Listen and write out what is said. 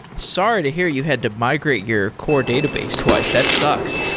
sorry to hear you had to migrate your core database twice. that sucks.